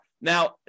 Now